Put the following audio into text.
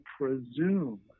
presume